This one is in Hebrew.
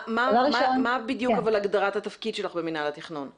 מה הגדרת התפקיד שלך במינהל התכנון?